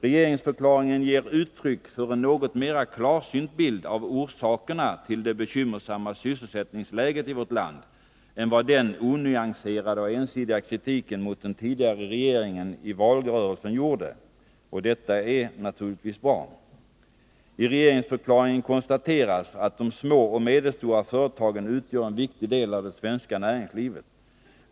Regeringsförklaringen ger uttryck för en något mera klarsynt bild av orsakerna till det bekymmersamma sysselsättningsläget i vårt land än vad den onyanserade och ensidiga kritiken mot den tidigare regeringen i valrörelsen gjorde. Och detta är naturligtvis bra. I regeringsförklaringen konstateras att de små och medelstora företagen utgör en viktig del av det svenska näringslivet.